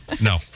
No